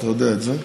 ואתה יודע את זה,